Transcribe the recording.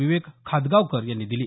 विवेक खादगावकर यांनी दिली